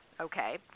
Okay